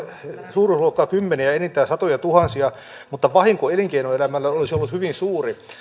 suuruusluokkaa kymmeniä ja enintään satojatuhansia mutta vahinko elinkeinoelämälle olisi ollut hyvin suuri